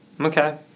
Okay